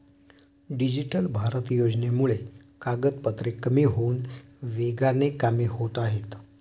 digital Bharat योजनेमुळे कागदपत्रे कमी होऊन वेगाने कामे होत आहेत